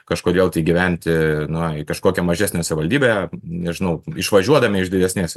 kažkodėl tai gyventi na į kažkokią mažesnę savivaldybę nežinau išvažiuodami iš didesnės